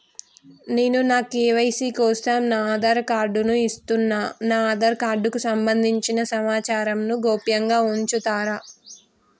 నేను నా కే.వై.సీ కోసం నా ఆధార్ కార్డు ను ఇస్తున్నా నా ఆధార్ కార్డుకు సంబంధించిన సమాచారంను గోప్యంగా ఉంచుతరా?